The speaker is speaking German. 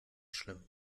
schlimm